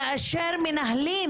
כאשר מנהלים